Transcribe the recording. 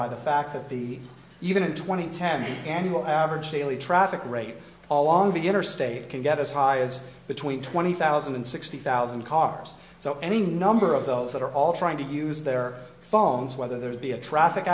by the fact that the even twenty ten annual average daily traffic rate along the interstate can get as high as between twenty thousand and sixty thousand cars so any number of those that are all trying to use their phones whether there'd be a traffic